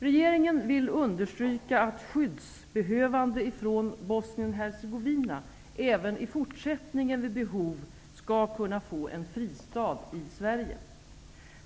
Regeringen vill understryka att skyddsbehövande från Bosnien--Hercegovina även i fortsättningen vid behov skall kunna få en fristad i Sverige.